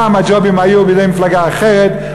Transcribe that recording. פעם הג'ובים היו בידי מפלגה אחרת,